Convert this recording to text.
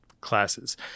classes